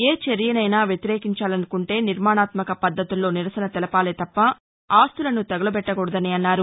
ఏ చర్యనైనా వ్యతిరేకించాలనుకుంటే నిర్మాణాత్మక పద్దతుల్లో నిరసన తెలపాలే తప్ప ఆస్తులను తగులబెట్లకూడదని అన్నారు